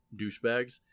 douchebags